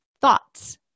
thoughts